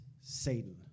Satan